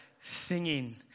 singing